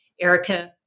Erica